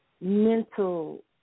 mental